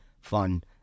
fun